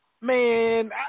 man